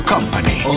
Company